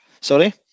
Sorry